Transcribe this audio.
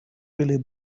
really